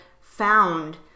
found